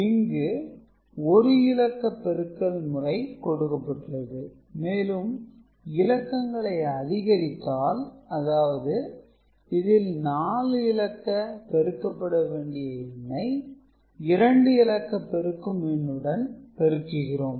y இங்கு ஒரு இலக்க பெருக்கல் முறை கொடுக்கப்பட்டுள்ளது மேலும் இலக்கங்களை அதிகரித்தால் அதாவது இதில் 4 இலக்க பெருக்கப்பட வேண்டிய எண்ணை 2 இலக்க பெருக்கும் எண்ணுடன் பெருக்குகிறோம்